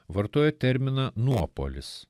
vartoja terminą nuopuolis